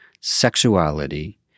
sexuality